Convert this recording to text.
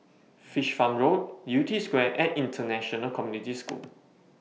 Fish Farm Road Yew Tee Square and International Community School